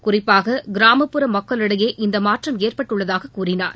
குறிப்பாக கிராமப்புற மக்களிடையே இந்த மாற்றம் ஏற்பட்டுள்ளதாக கூறினார்